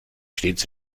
stets